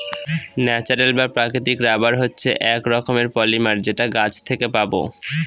natural বা প্রাকৃতিক rubber হচ্ছে এক রকমের পলিমার যেটা গাছ থেকে পাবো